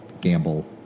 gamble